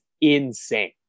insane